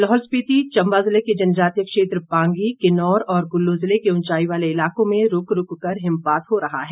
लाहौल स्पिति चंबा जिले के जनजातीय क्षेत्र पांगी किन्नौर और कुल्लू जिले के उंचाई वाले इलाकों में रूक रूक कर हिमपात हो रहा है